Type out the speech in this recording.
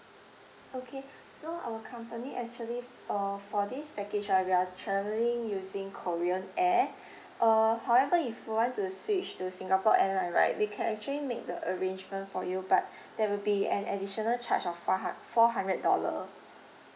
okay so our company actually f~ uh for this package right we are travelling using korean air uh however if you want to switch to singapore airline right we can actually make the arrangement for you but there will be an additional charge of fi~ hu~ four hundred dollar